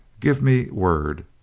give me word!